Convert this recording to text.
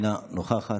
אינה נוכחת,